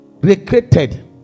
recreated